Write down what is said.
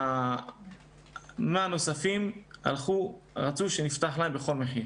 וה-100 הנוספים רצו שנפתח להם בכל מחיר.